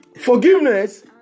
forgiveness